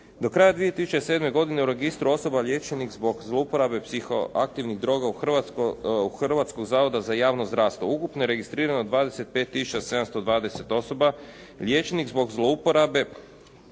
Do kraja 2007. godine u registru osoba liječenih zbog zlouporabe psihoaktivnih droga u, Hrvatskog zavoda za javno zdravstvo ukupno je registrirano 25 tisuća 720 osoba liječenih zbog zlouporabe